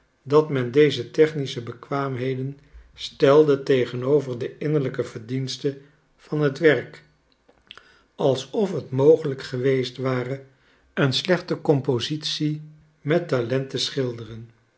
dat men deze technische bekwaamheden stelde tegenover de innerlijke verdienste van het werk alsof het mogelijk geweest ware een slechte compositie met talent te schilderen